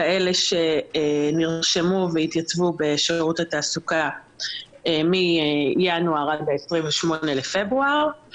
כאלה שנרשמו והתייצבו בשירות התעסוקה מינואר עד ה-28 בפברואר,